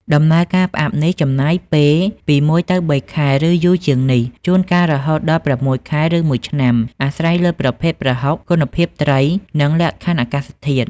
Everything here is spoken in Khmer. ដំណើរការផ្អាប់នេះចំណាយពេលពី ១ ទៅ ៣ ខែ ឬយូរជាងនេះ ជួនកាលរហូតដល់ ៦ ខែ ឬមួយឆ្នាំ អាស្រ័យលើប្រភេទប្រហុក គុណភាពត្រី និងលក្ខខណ្ឌអាកាសធាតុ។